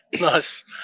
Nice